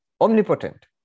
omnipotent